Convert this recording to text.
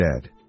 dead